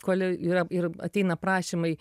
kole yra ir ateina prašymai